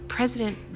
President